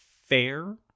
fair